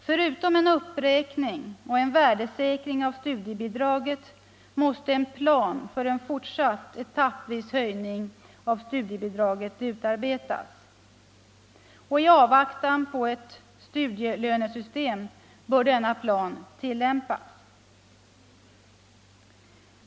Förutom en uppräkning och en värdesäkring av studiebidraget måste en plan för en fortsatt etappvis höjning av studiebidraget utarbetas. I avvaktan på ett studielönesystem bör denna plan tillämpas.